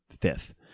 fifth